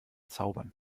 zaubern